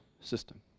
system